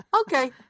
Okay